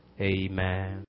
Amen